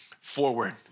forward